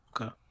okay